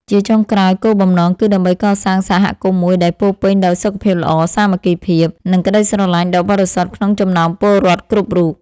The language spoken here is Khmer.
ជាចុងក្រោយ គោលបំណងគឺដើម្បីកសាងសហគមន៍មួយដែលពោរពេញដោយសុខភាពល្អ សាមគ្គីភាព និងក្ដីស្រឡាញ់ដ៏បរិសុទ្ធក្នុងចំណោមពលរដ្ឋគ្រប់រូប។